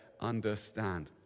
understand